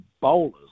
bowlers